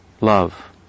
love